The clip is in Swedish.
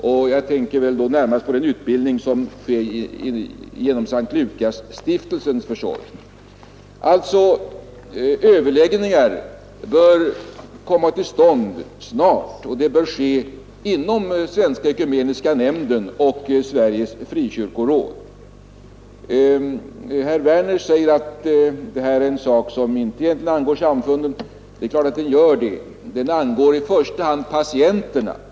Jag tänker närmast på den utbildning som sker genom Sankt Lukasstiftelsens försorg. Överläggningar bör alltså komma till stånd snart, och de bör ske inom Svenska ekumeniska nämnden och Sveriges frikyrkoråd. Herr Werner säger att det här är en sak som egentligen inte angår samfunden. Det är klart att den gör det. Den angår i första hand patienterna.